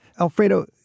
Alfredo